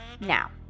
Now